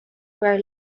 grow